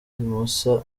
musa